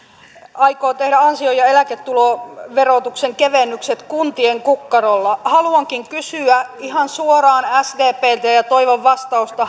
aikoo tehdä ansio ja eläketuloverotuksen kevennykset kuntien kukkarolla haluankin kysyä ihan suoraan sdpltä ja ja toivon vastausta